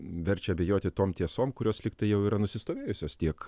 verčia abejoti tom tiesom kurios lygtai jau yra nusistovėjusios tiek